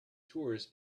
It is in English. tourists